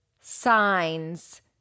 signs